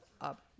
up